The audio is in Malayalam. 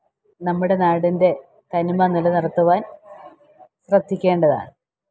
നമ്മുടെ നാടിൻ്റെ തനിമ നിലനിർത്തുവാൻ ശ്രദ്ധിക്കേണ്ടതാണ്